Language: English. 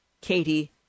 Katie